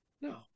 No